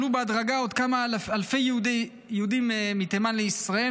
עלו בהדרגה עוד כמה אלפי יהודים מתימן לישראל,